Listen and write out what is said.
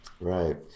Right